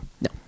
No